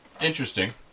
Interesting